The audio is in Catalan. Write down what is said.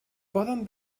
poden